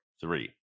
three